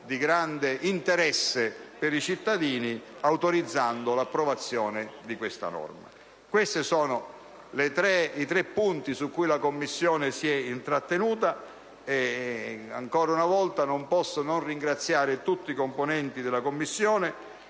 nei confronti dei cittadini, autorizzando l'approvazione di questa norma. Ho illustrato le tre questioni sulle quali la Commissione si è intrattenuta. Ancora una volta non posso non ringraziare tutti i componenti della Commissione